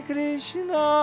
Krishna